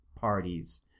parties